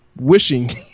wishing